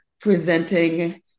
presenting